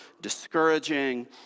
discouraging